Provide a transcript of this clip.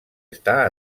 està